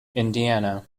indiana